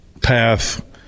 path